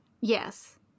Yes